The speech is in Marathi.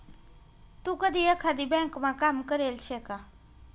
तू कधी एकाधी ब्यांकमा काम करेल शे का?